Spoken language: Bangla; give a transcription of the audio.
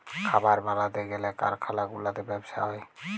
খাবার বালাতে গ্যালে কারখালা গুলাতে ব্যবসা হ্যয়